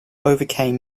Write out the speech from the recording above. overcame